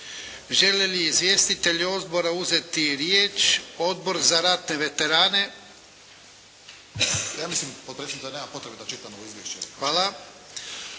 Želi li izvjestitelj odbora uzeti riječ, Odbor za ratne veterane?